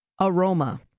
aroma